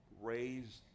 raised